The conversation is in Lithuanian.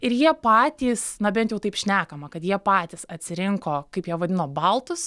ir jie patys na bent jau taip šnekama kad jie patys atsirinko kaip jie vadino baltus